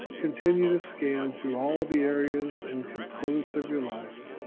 continue to scan through all the areas and components of your life,